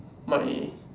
my